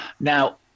Now